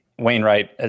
Wainwright